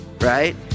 right